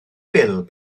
bil